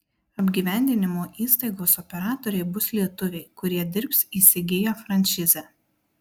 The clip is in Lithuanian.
apgyvendinimo įstaigos operatoriai bus lietuviai kurie dirbs įsigiję frančizę